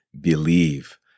believe